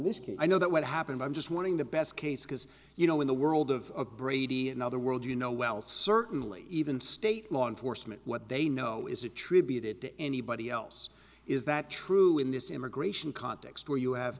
this case i know that what happened i'm just warning the best case because you know in the world of brady and other world you know well certainly even state law enforcement what they know is attributed to anybody else is that true in this immigration context where you have